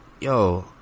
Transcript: Yo